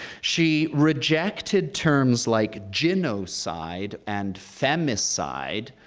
she rejected terms like genocide and femicide,